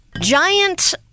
Giant